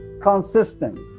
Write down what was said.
consistent